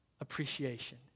Appreciation